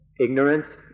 ignorance